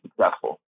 successful